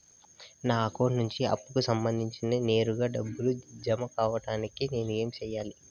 నా అకౌంట్ నుండి అప్పుకి సంబంధించి నేరుగా డబ్బులు జామ కావడానికి నేను ఏమి సెయ్యాలి?